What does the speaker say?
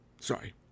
sorry